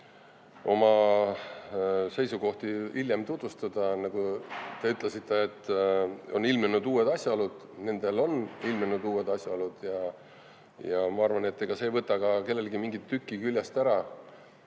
oma seisukohti hiljem tutvustada, nagu te ütlesite, kui on ilmnenud uued asjaolud. Nendel on ilmnenud uued asjaolud. Ma arvan, et see ei võta ka kelleltki tükki küljest ära,